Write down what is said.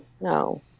no